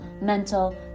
mental